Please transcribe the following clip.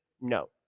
No